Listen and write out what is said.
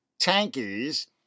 tankies